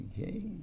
Okay